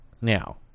now